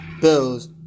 Bills